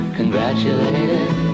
congratulated